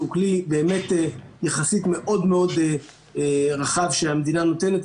שהוא כלי באמת יחסית מאוד מאוד רחב שהמדינה נותנת,